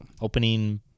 Opening